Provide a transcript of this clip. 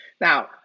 Now